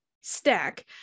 stack